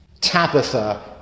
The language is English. Tabitha